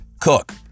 cook